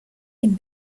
him